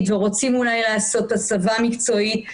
ורוצים אולי לעשות הסבה מקצועית,